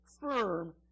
firm